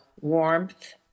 warmth